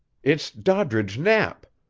it's doddridge knapp.